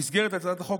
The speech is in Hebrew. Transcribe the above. במסגרת הצעת החוק,